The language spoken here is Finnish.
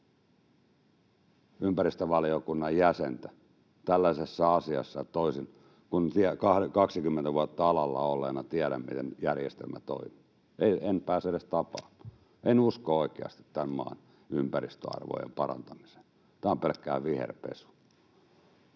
ympäristövaliokunnan jäsentä tällaisessa asiassa, kun 20 vuotta alalla olleena tiedän, miten järjestelmä toimii. En pääse edes tapaamaan. En usko oikeasti tämän maan ympäristöarvojen parantamiseen, tämä on pelkkää viherpesua.